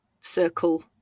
circle